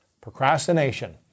procrastination